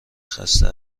خسته